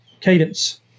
cadence